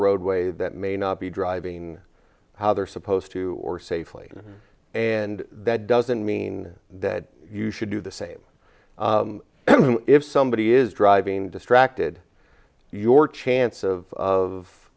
roadway that may not be driving how they're supposed to or safely and that doesn't mean that you should do the same if somebody is driving distracted your chance of